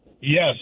Yes